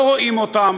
לא רואים אותם,